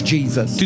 Jesus